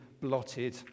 blotted